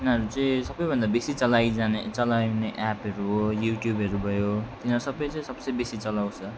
उनीहरू चाहिँ सबैभन्दा बेसी चलाइजाने चलाउने एपहरू हो युट्युबहरू भयो तिनीहरू सबै चाहिँ सब से बेसी चलाउँछ